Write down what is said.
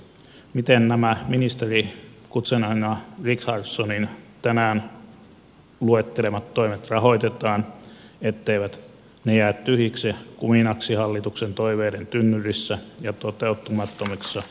miten nämä ministeri guzenina richardsonin tänään luettelemat toimet rahoitetaan etteivät ne jää tyhjäksi kuminaksi hallituksen toiveiden tynnyrissä ja toteutumattomiksi lupauksiksi